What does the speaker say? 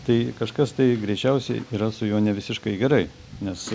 tai kažkas tai greičiausiai yra su juo nevisiškai gerai nes